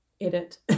edit